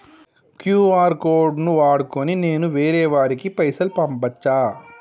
QR code ను వాడుకొని నేను వేరే వారికి పైసలు పంపచ్చా?